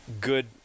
good